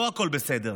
לא הכול בסדר,